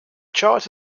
chart